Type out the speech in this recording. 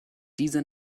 diese